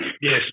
Yes